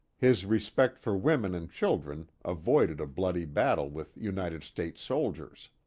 his respect for women and children, avoided a bloody battle with united states soldiers.